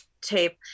tape